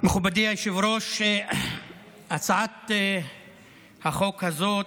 מכובדי היושב-ראש, הצעת החוק הזאת,